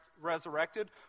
resurrected